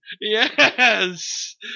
Yes